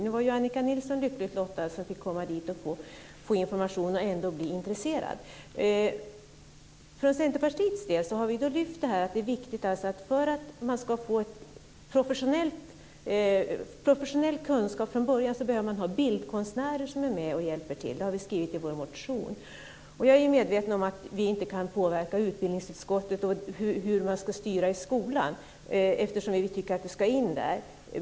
Nu är Annika Nilsson lyckligt lottad som fick information och blev intresserad. Vi från Centerpartiet har framhållit att för att man ska få en professionell undervisning från början behövs det bildkonstnärer som är med och hjälper till, det har vi skrivit i vår motion. Jag är medveten om att vi inte kan påverka utbildningsutskottet när det gäller hur skolan ska styras.